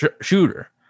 shooter